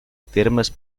termes